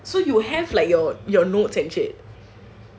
so you have like your notes and shit